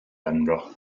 benfro